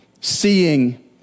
seeing